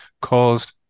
caused